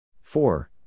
four